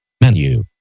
menu